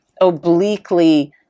obliquely